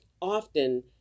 often